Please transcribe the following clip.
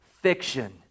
fiction